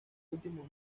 último